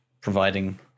providing